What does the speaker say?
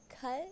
cut